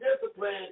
discipline